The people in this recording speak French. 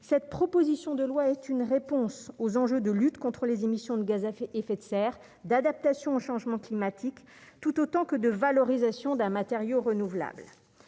cette proposition de loi est une réponse aux enjeux de lutte contre les émissions de gaz à effet, effet de serre d'adaptation au changement climatique, tout autant que de valorisation d'un matériau renouvelable,